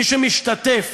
מי שמשתתף